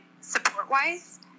support-wise